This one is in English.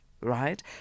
right